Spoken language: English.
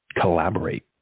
collaborate